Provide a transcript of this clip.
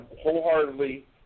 wholeheartedly